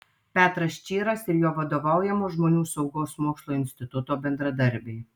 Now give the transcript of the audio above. petras čyras ir jo vadovaujamo žmonių saugos mokslo instituto bendradarbiai